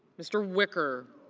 mr. wicker